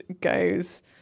goes